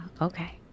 Okay